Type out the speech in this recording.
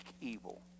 evil